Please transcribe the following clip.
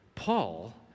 Paul